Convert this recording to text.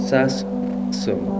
Sasum